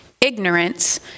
ignorance